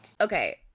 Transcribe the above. Okay